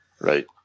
Right